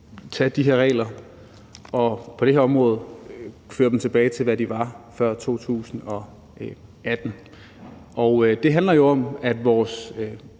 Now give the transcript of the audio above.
tage de regler på det her område og føre dem tilbage til, hvad de var før 2018. Generelt handler det her